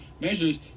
measures